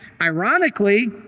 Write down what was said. Ironically